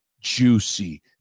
juicy